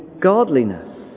godliness